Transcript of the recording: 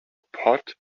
pot